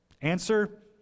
Answer